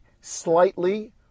slightly